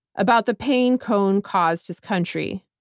about the pain cohn caused his country.